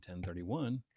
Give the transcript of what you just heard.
1031